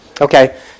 Okay